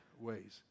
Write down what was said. ways